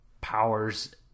powers